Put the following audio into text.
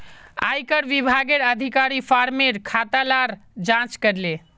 आयेकर विभागेर अधिकारी फार्मर खाता लार जांच करले